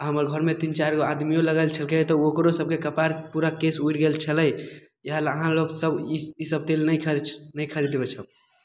हमर घरमे तीन चारि गो आदमियो लगेलय छलकै तऽ ओकरो सबके कपारके पूरा कपारके केश उड़ि गेल छलय इएह लए अहाँ लोक सब ई सब ई सब तेल नहि खर्च नहि खरीदबय सब